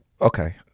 Okay